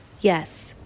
Yes